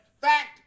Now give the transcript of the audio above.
Fact